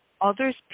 others